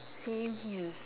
same here